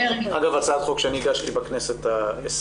זו הצעת חוק שאני הגשתי בכנסת ה-20,